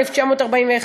1941,